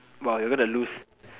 !wah! you're gonna lose